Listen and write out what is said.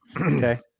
Okay